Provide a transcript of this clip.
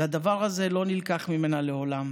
והדבר הזה לא נלקח ממנה לעולם.